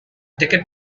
ticket